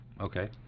Okay